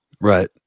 Right